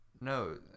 No